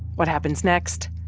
what happens next?